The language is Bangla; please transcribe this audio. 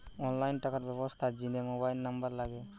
অনলাইন টাকার ব্যবস্থার জিনে মোবাইল নম্বর লাগে